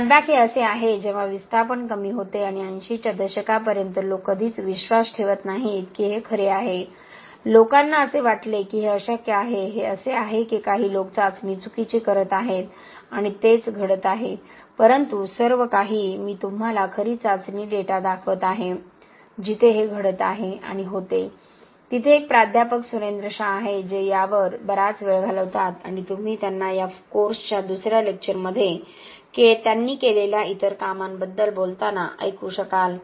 snapback हे असे आहे जेव्हा विस्थापन कमी होते आणि 80 च्या दशकापर्यंत लोक कधीच विश्वास ठेवत नाहीत की हे खरे आहे लोकांना असे वाटले की हे अशक्य आहे हे असे आहे की काही लोक चाचणी चुकीची करत आहेत आणि तेच घडत आहे परंतु सर्व काही मी तुम्हाला खरी चाचणी डेटा दाखवत आहे जिथे हे घडत आहे आणि होते तिथे एक प्राध्यापक सुरेंद्र शाह आहेत जे यावर बराच वेळ घालवतात आणि तुम्ही त्यांना या कोर्सच्या दुसर्या लेक्चरमध्ये त्यांनी केलेल्या इतर कामांबद्दल बोलताना ऐकू शकाल